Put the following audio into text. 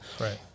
right